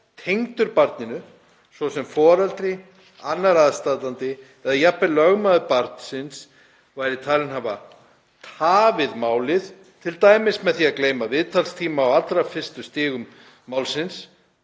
tengdur barninu, svo sem foreldri, annar aðstandandi eða jafnvel lögmaður barnsins, væri talinn hafa tafið málið, t.d. með því að gleyma viðtalstíma á allra fyrstu stigum málsins.